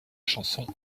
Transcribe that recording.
chanson